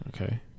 Okay